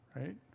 right